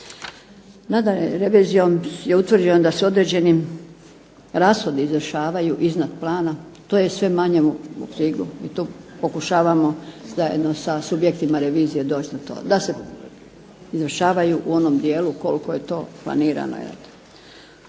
Nadalje, revizijom je utvrđeno da se određeni rashodi izvršavaju iznad plana. To je sve manje …/Govornica se ne razumije./… i tu pokušavamo zajedno sa subjektima revizije doći na to da se izvršavaju u onom dijelu koliko je to planirano.